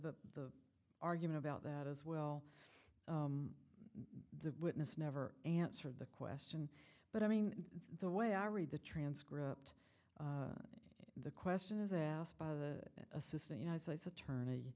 the argument about that as well the witness never answered the question but i mean the way i read the transcript in the question is asked by the assistant united states